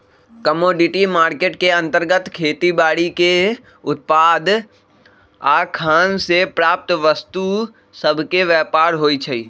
commodity market के अंतर्गत खेती बाड़ीके उत्पाद आऽ खान से प्राप्त वस्तु सभके व्यापार होइ छइ